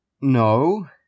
no